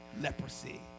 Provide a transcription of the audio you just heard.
leprosy